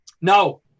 No